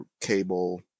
cable